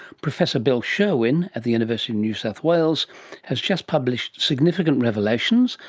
professor bill sherwin at the university of new south wales has just published significant revelations,